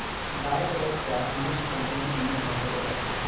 गायक रोग सॅ मनुष्य संक्रमित नै भ सकैत अछि